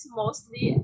mostly